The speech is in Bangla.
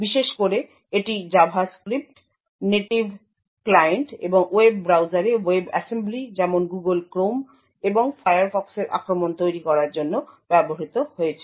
বিশেষ করে এটি জাভাস্ক্রিপ্ট নেটিভ ক্লায়েন্ট এবং ওয়েব ব্রাউজারে ওয়েব অ্যাসেম্বলি যেমন গুগল ক্রোম এবং ফায়ারফক্সের আক্রমণ তৈরী করার জন্য ব্যবহৃত হয়েছে